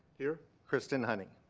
here. kristen honey.